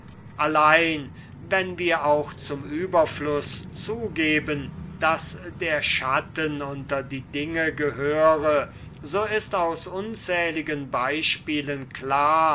allein wenn wir auch zum überfluß zugeben daß der schatten unter die dinge gehöre so ist aus unzähligen beispielen klar